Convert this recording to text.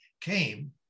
came